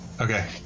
Okay